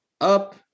up